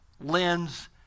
lens